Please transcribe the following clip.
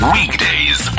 Weekdays